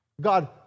God